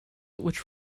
which